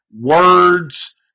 words